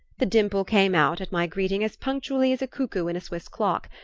the dimple came out at my greeting as punctually as a cuckoo in a swiss clock,